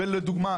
ולדוגמה,